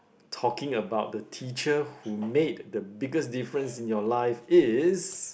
talking about the teacher who made the biggest difference in your life is